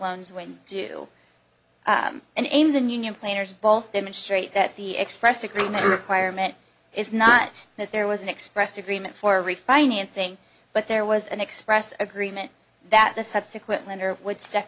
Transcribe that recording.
loans when do and aims and union planners both demonstrate that the express agreement requirement is not that there was an expressed agreement for refinancing but there was an express agreement that the subsequent lender would step